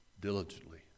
diligently